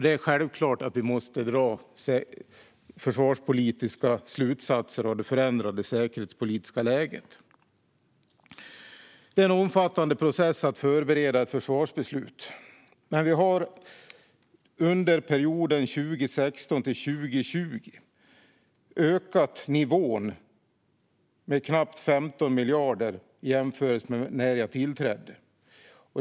Det är självklart att vi måste dra försvarspolitiska slutsatser av det förändrade säkerhetspolitiska läget. Det är en omfattande process att förbereda ett försvarsbeslut. Under perioden 2016-2020 har nivån ökat med knappt 15 miljarder i jämförelse med när jag tillträdde.